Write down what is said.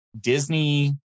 disney